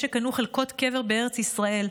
ויש שקנו חלקות קבר בארץ ישראל.